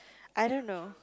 I don't know